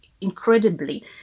incredibly